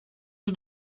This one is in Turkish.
yüz